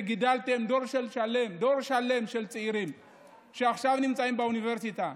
שגידלתן דור שלם של צעירים שעכשיו נמצאים באוניברסיטה,